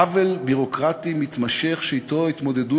עוול ביורוקרטי מתמשך שאתו התמודדו